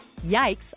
Yikes